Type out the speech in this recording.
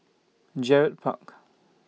Gerald Park